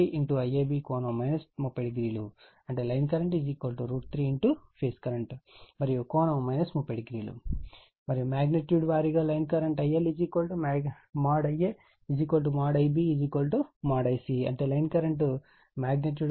అంటే line current 3 phase current మరియు కోణం 30o మరియు మాగ్నిట్యూడ్ వారీగా లైన్ కరెంట్ ILIaIbIc అంటే లైన్ కరెంట్ మాగ్నిట్యూడ్